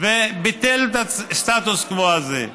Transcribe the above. וביטל את הסטטוס קוו הזה,